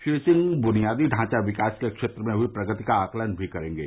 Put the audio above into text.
श्री सिंह बुनियादी ढांचा विकास के क्षेत्र में हुई प्रगति का आकलन भी करेंगे